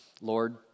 Lord